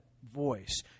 voice